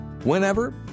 Whenever